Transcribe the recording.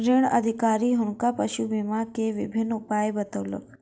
ऋण अधिकारी हुनका पशु बीमा के विभिन्न उपाय बतौलक